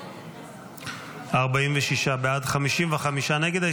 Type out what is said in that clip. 46 בעד, 55 נגד.